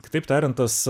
kitaip tariant tos